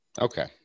Okay